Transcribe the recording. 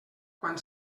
quan